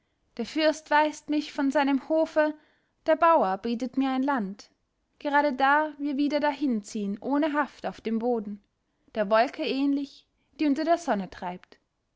der fürst weist mich von seinem hofe der bauer bietet mir ein land gerade da wir wieder dahinziehen ohne haft auf dem boden der wolke ähnlich die unter der sonne treibt